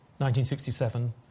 1967